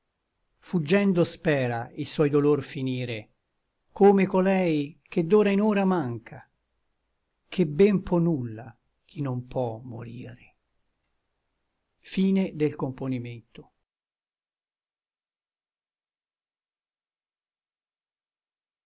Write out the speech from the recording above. fuggendo spera i suoi dolor finire come colei che d'ora in hora manca ché ben pò nulla chi non pò morire ite